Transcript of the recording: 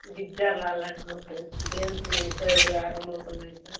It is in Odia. ବିଜାର୍ ଲାଗିଲାଣି ମୋତେ ଡ୍ୟାନ୍ସ ତ ଏବେ ଆରମ୍ଭ ହବାର ନାଇଁ ତ